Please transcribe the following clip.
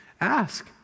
Ask